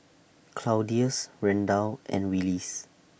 Claudius Randal and Willis